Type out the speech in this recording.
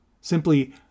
Simply